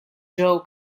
joe